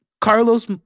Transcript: Carlos